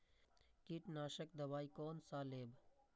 कीट नाशक दवाई कोन सा लेब?